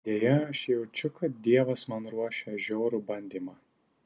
deja aš jaučiu kad dievas man ruošia žiaurų bandymą